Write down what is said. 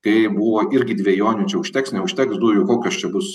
tai buvo irgi dvejonių čia užteks neužteks dujų kokios čia bus